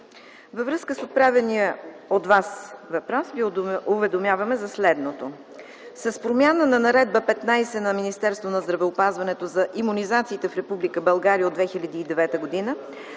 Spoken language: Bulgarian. във връзка с отправения от Вас въпрос, Ви уведомявам за следното. С промяна на Наредба № 15 на Министерството на здравеопазването за имунизациите в Република